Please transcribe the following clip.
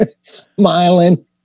smiling